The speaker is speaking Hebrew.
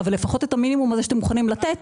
אבל לפחות את המינימום שאתם מוכנים לתת,